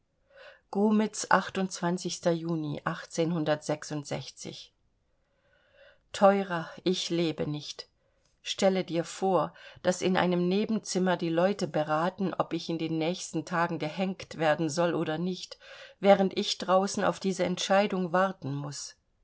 grumitz juni teurer ich lebe nicht stelle dir vor daß in einem nebenzimmer die leute beraten ob ich in den nächsten tagen gehenkt werden soll oder nicht während ich draußen auf diese entscheidung warten muß